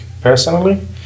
personally